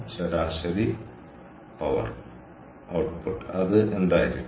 ശരാശരി ശക്തി ഔട്ട്പുട്ട് അത് എന്തായിരിക്കും